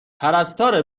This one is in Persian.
پرستاره